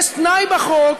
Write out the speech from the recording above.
יש תנאי בחוק